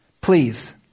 please